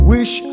Wish